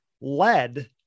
led